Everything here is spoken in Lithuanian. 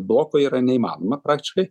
bloku yra neįmanoma praktiškai